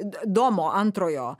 domo antrojo